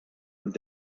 und